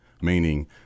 meaning